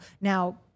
Now